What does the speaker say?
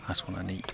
हास'नानै